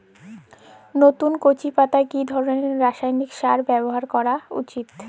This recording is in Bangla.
নতুন কচি পাতায় কি ধরণের রাসায়নিক সার ব্যবহার করা উচিৎ?